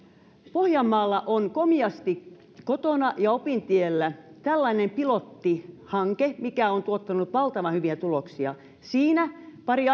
pohjanmaalla on tällainen komiasti kotona ja opintiellä pilottihanke mikä on tuottanut valtavan hyviä tuloksia siinä pari